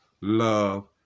love